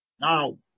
Now